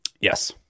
Yes